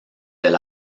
del